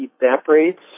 evaporates